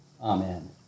amen